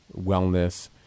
wellness